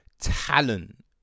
talent